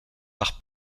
par